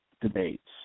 debates